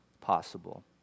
possible